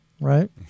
right